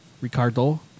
Ricardo